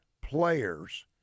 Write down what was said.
players